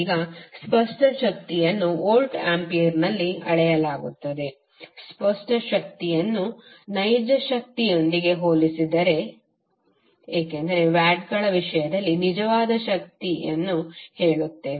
ಈಗ ಸ್ಪಷ್ಟ ಶಕ್ತಿಯನ್ನು ವೋಲ್ಟ್ ಆಂಪಿಯರ್ನಲ್ಲಿ ಅಳೆಯಲಾಗುತ್ತದೆ ಸ್ಪಷ್ಟ ಶಕ್ತಿಯನ್ನು ನೈಜ ಶಕ್ತಿಯೊಂದಿಗೆ ಹೋಲಿಸಿದರೆ ಏಕೆಂದರೆ ವಾಟ್ಗಳ ವಿಷಯದಲ್ಲಿ ನಿಜವಾದ ಶಕ್ತಿಯನ್ನುಹೇಳುತ್ತೇವೆ